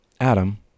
Adam